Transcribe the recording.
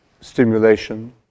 stimulation